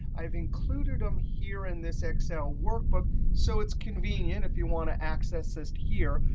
i've included them here in this excel workbook so it's convenient if you want to access this here.